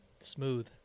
Smooth